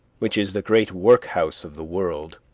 which is the great workhouse of the world.